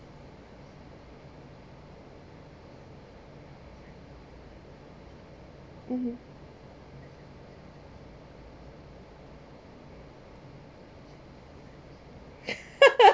mmhmm